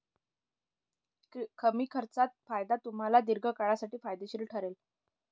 कमी खर्चात फायदा तुम्हाला दीर्घकाळासाठी फायदेशीर ठरेल